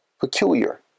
peculiar